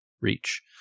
reach